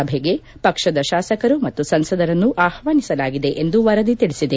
ಸಭೆಗೆ ಪಕ್ಷದ ಶಾಸಕರು ಮತ್ತು ಸಂಸದರನ್ನು ಆಹ್ವಾನಿಸಲಾಗಿದೆ ಎಂದು ವರದಿ ತಿಳಿಸಿದೆ